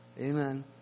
Amen